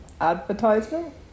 advertisement